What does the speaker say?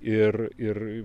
ir ir